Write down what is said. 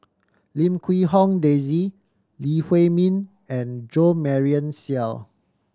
Lim Quee Hong Daisy Lee Huei Min and Jo Marion Seow